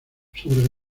sobre